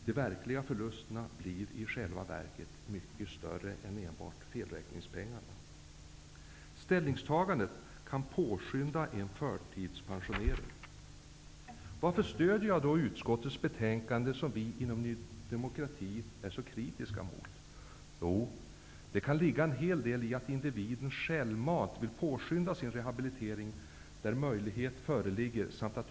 De verkliga förlusterna blir i själva verket mycket större än enbart felräkningspengarna. -- Ställningstagandet kan påskynda en förtidspensionering. Varför stöder jag då utskottets betänkande, som vi inom Ny demokrati är så kritiska mot? Jo, det kan ligga en hel del i att individen självmant vill påskynda sin rehabilitering då möjlighet föreligger.